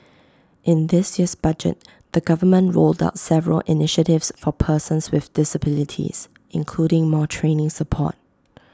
in this year's budget the government rolled out several initiatives for persons with disabilities including more training support